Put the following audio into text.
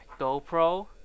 GoPro